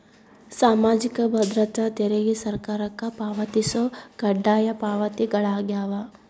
ಸಾಮಾಜಿಕ ಭದ್ರತಾ ತೆರಿಗೆ ಸರ್ಕಾರಕ್ಕ ಪಾವತಿಸೊ ಕಡ್ಡಾಯ ಪಾವತಿಗಳಾಗ್ಯಾವ